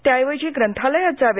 त्याऐवजी ग्रंथालयात जावे